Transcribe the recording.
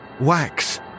wax